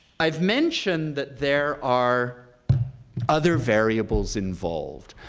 i've mentioned that there are other variables involved.